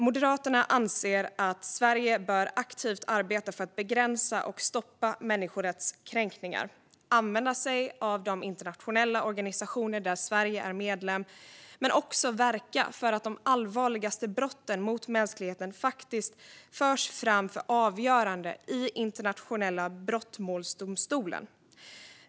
Moderaterna anser att Sverige aktivt bör arbeta för att begränsa och stoppa människorättskränkningar och använda sig av de internationella organisationer där Sverige är medlem men också verka för att de allvarligaste brotten mot mänskligheten faktiskt förs fram för avgörande i Internationella brottmålsdomstolen.